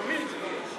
תמיד.